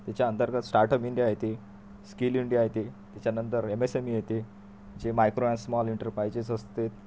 त्याच्या अंतर्गत start up India येते स्केल इंडिया येते त्याच्यानंतर एम एस एम इ येते जे मायक्रो आणि स्मॉल एंटरप्राइजेस असते